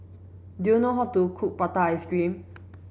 do you know how to cook prata ice cream